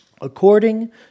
According